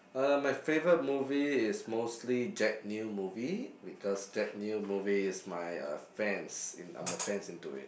uh my favorite movie is mostly Jack-Neo movie because Jack-Neo movie is my uh fans in I'm the fans into it